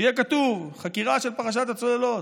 שיהיה כתוב: חקירה של פרשת הצוללות.